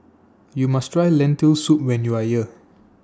YOU must Try Lentil Soup when YOU Are here